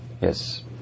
yes